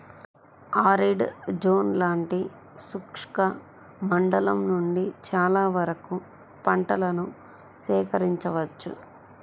arid zone లాంటి శుష్క మండలం నుండి చాలా వరకు పంటలను సేకరించవచ్చు